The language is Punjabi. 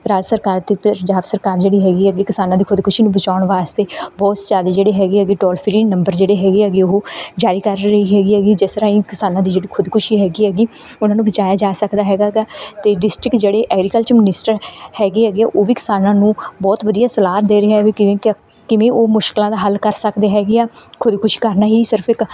ਰਾਜ ਸਰਕਾਰ ਅਤੇ ਪੰਜਾਬ ਸਰਕਾਰ ਜਿਹੜੀ ਹੈਗੀ ਆ ਵੀ ਕਿਸਾਨਾਂ ਦੀ ਖ਼ੁਦਕੁਸ਼ੀ ਨੂੰ ਬਚਾਉਣ ਵਾਸਤੇ ਬਹੁਤ ਜ਼ਿਆਦਾ ਜਿਹੜੇ ਹੈਗੇ ਹੈਗੇ ਟੋਲ ਫ੍ਰੀ ਨੰਬਰ ਜਿਹੜੇ ਹੈਗੇ ਹੈਗੇ ਉਹ ਜਾਰੀ ਕਰ ਰਹੀ ਹੈਗੀ ਹੈਗੀ ਜਿਸ ਰਾਹੀਂ ਕਿਸਾਨਾਂ ਦੀ ਜਿਹੜੀ ਖ਼ੁਦਕੁਸ਼ੀ ਹੈਗੀ ਹੈਗੀ ਉਨ੍ਹਾਂ ਨੂੰ ਬਚਾਇਆ ਜਾ ਸਕਦਾ ਹੈਗਾ ਗਾ ਅਤੇ ਡਿਸਟਿਕ ਜਿਹੜੇ ਐਗਰੀਕਲਚਰ ਮਨਿਸਟਰ ਹੈਗੇ ਹੈਗੇ ਉਹ ਵੀ ਕਿਸਾਨਾਂ ਨੂੰ ਬਹੁਤ ਵਧੀਆ ਸਲਾਹ ਦੇ ਰਹੇ ਹੈ ਵੀ ਕਿਵੇਂ ਕਿਵੇਂ ਉਹ ਮੁਸ਼ਕਿਲਾਂ ਦਾ ਹੱਲ ਕਰ ਸਦਕੇ ਹੈਗੇ ਆ ਖ਼ੁਦਕੁਸ਼ੀ ਕਰਨਾ ਹੀ ਸਿਰਫ਼ ਇੱਕ